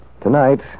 Tonight